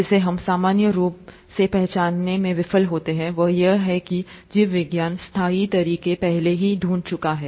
जिसे हम सामान्य रूप से पहचानने में विफल होते हैं वह यह है कि जीव विज्ञान स्थायी तरीके पहले ही ढूंढ चूका है